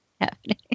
happening